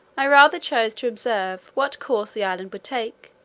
i rather chose to observe what course the island would take,